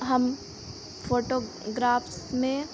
हम फ़ोटोग्राफ्स में